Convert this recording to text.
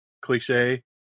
cliche